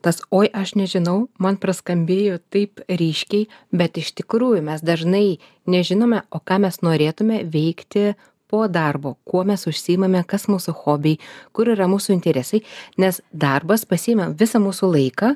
tas oi aš nežinau man praskambėjo taip ryškiai bet iš tikrųjų mes dažnai nežinome o ką mes norėtume veikti po darbo kuo mes užsiimame kas mūsų hobiai kur yra mūsų interesai nes darbas pasiima visą mūsų laiką